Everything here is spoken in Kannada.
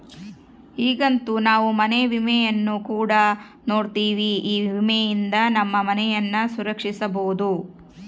ಈಗಂತೂ ನಾವು ಮನೆ ವಿಮೆಯನ್ನು ಕೂಡ ನೋಡ್ತಿವಿ, ಈ ವಿಮೆಯಿಂದ ನಮ್ಮ ಮನೆಯನ್ನ ಸಂರಕ್ಷಿಸಬೊದು